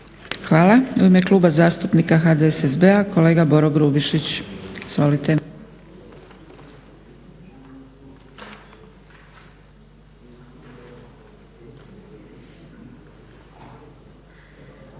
Hvala. U ime Kluba zastupnika HDSSB-a kolega Boro Grubišić.